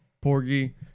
porgy